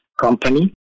company